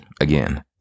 again